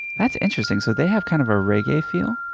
that's interesting. so they have kind of a reggae feel.